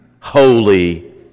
holy